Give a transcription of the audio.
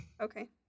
Okay